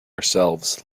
ourselves